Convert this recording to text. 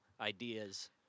ideas